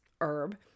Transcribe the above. herb